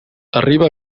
arriba